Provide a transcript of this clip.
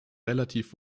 relativ